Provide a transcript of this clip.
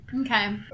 Okay